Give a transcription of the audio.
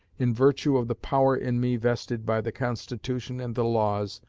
in virtue of the power in me vested by the constitution and the laws,